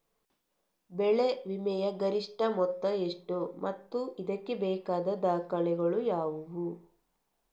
ಬೆಳೆ ವಿಮೆಯ ಗರಿಷ್ಠ ಮೊತ್ತ ಎಷ್ಟು ಮತ್ತು ಇದಕ್ಕೆ ಬೇಕಾದ ದಾಖಲೆಗಳು ಯಾವುವು?